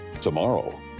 Tomorrow